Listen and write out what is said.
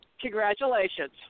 Congratulations